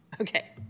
Okay